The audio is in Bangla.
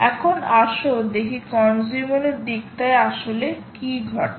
এখন আসো দেখি কনজিউমার এর দিকটায় আসলে কি ঘটে